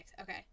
okay